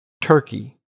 Turkey